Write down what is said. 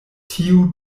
tiu